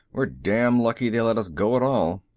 we're damn lucky they let us go at all.